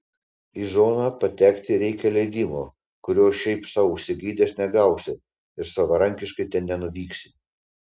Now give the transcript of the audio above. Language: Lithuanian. į zoną patekti reikia leidimo kurio šiaip sau užsigeidęs negausi ir savarankiškai ten nenuvyksi